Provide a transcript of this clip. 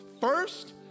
first